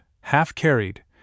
half-carried